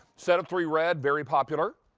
set of three red, very popular.